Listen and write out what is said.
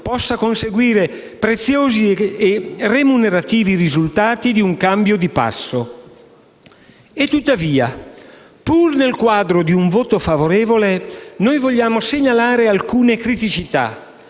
possa conseguire preziosi e remunerativi risultati, di un cambio di passo. Tuttavia, pur nel quadro di un voto favorevole, vogliamo segnalare alcune criticità,